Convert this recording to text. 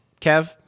Kev